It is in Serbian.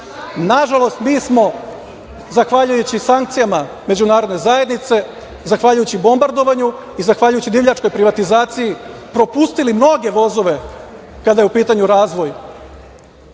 mi smo, zahvaljujući sankcijama međunarodne zajednice, zahvaljujući bombardovanju i zahvaljujući divljačkoj privatizaciji, propustili mnoge vozove kada je u pitanju razvoj